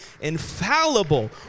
infallible